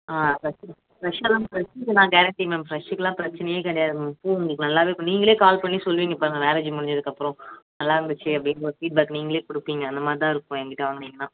ஆ ஃப்ரெஷ்ஷாக ஃப்ரெஷ்ஷாக தான் மேம் பூவுக்கு நான் கேரண்டி மேம் ஃப்ரெஷ்ஷுக்கெல்லாம் பிரச்சினையே கிடையாது மேம் பூ உங்களுக்கு நல்லாவே நீங்களே கால் பண்ணி சொல்வீங்க பாருங்க மேரேஜ்ஜு முடிஞ்சதுக்கு அப்புறம் நல்லா இருந்துச்சு அப்படின்னு ஒரு ஃபீட் பேக் நீங்களே கொடுப்பீங்க அந்தமாதிரி தான் இருக்கும் என் கிட்டே வாங்குனிங்கனால்